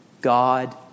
God